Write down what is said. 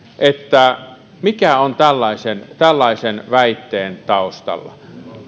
että mikä on tällaisen tällaisen väitteen taustalla